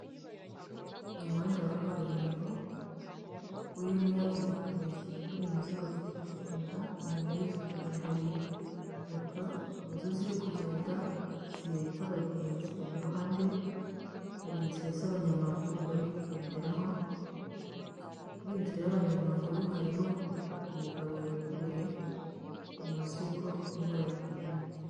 Umuhanda wa kaburimbo urimo igikamyo kitikoreye imizigo kiri kugenda, inyuma y'iki gikamyo hari moto na zo ziri kugenda zihetse abagenzi, iruhande hari inzira z'abanyamaguru bari kugenderaho, kuri iyi inzira y'abanyamaguru hariho umugabo wikoreye umuzingo, urimo uragenda.